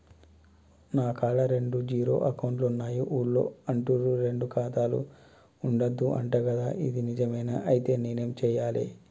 నా కాడా రెండు జీరో అకౌంట్లున్నాయి ఊళ్ళో అంటుర్రు రెండు ఖాతాలు ఉండద్దు అంట గదా ఇది నిజమేనా? ఐతే నేనేం చేయాలే?